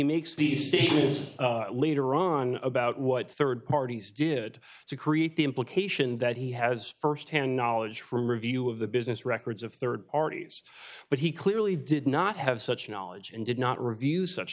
makes the status later on about what rd parties did to create the implication that he has st hand knowledge for review of the business records of rd parties but he clearly did not have such knowledge and did not review such